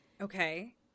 Okay